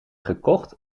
gekocht